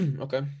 okay